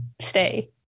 stay